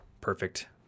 perfect